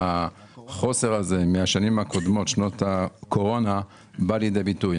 החוסר הזה משנות הקורונה בא לידי ביטוי.